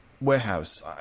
warehouse